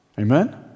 Amen